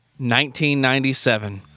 1997